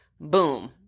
Boom